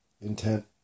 intent